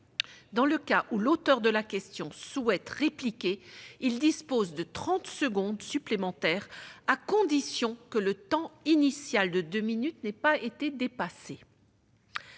Dans le cas où l'auteur de la question souhaite répliquer, il dispose de trente secondes supplémentaires, à la condition que le temps initial de deux minutes n'ait pas été dépassé.